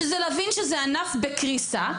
שזה להבין שזה ענף בקריסה.